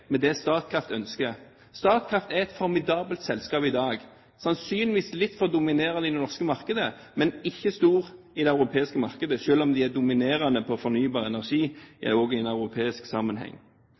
med det Statkraft ønsker. Statkraft er i dag et formidabelt selskap, sannsynligvis litt for dominerende i det norske markedet, men ikke stort i det europeiske markedet, selv om det innen fornybar energi er dominerende